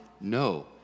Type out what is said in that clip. No